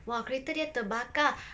!wah! kereta dia terbakar